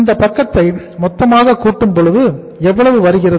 இந்த பக்கத்தை மொத்தமாக கூட்டும் பொழுது எவ்வளவு வருகிறது